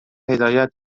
هدایت